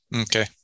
okay